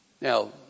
Now